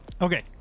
Okay